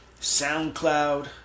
SoundCloud